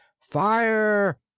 Fire